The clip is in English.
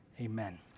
amen